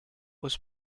was